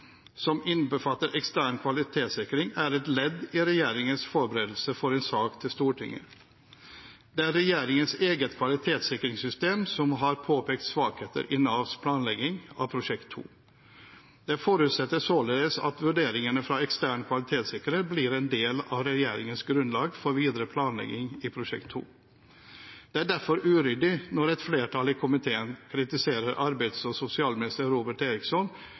som innbefatter ekstern kvalitetssikring, er et ledd i regjeringens forberedelse av en sak til Stortinget. Det er regjeringens eget kvalitetssikringssystem som har påpekt svakheter i Navs planlegging av Prosjekt 2. Det forutsettes således at vurderingene fra ekstern kvalitetssikrer blir en del av regjeringens grunnlag for videre planlegging av Prosjekt 2. Det er derfor uryddig når et flertall i komiteen kritiserer arbeids- og sosialminister Robert Eriksson